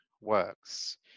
works